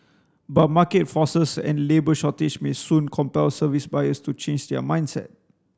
but market forces and labour shortage may soon compel service buyers to change their mindset